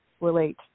relate